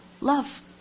Love